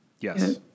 Yes